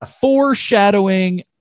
Foreshadowing